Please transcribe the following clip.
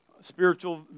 Spiritual